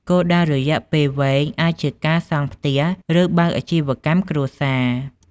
គោលដៅរយៈពេលវែងអាចជាការសង់ផ្ទះ ឬបើកអាជីវកម្មគ្រួសារ។